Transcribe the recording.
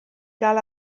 gael